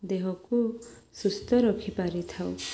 ଦେହକୁ ସୁସ୍ଥ ରଖିପାରିଥାଉ